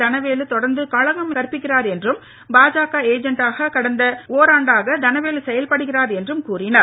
தனவேலு தொடர்ந்து களங்கம் கற்பிக்கிறார் என்றும் பாஜக ஏஜெண்டாக கடந்த ஓராண்டாக தனவேலு செயல்படுகின்றார் என்றும் கூறினார்